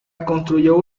construyó